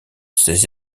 ces